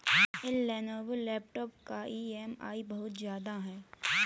इस Lenovo laptop का EMI बहुत ज्यादा है